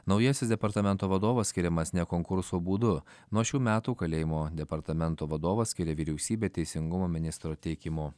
naujasis departamento vadovas skiriamas ne konkurso būdu nuo šių metų kalėjimų departamento vadovą skiria vyriausybė teisingumo ministro teikimu